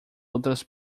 outras